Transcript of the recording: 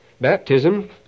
Baptism